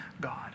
God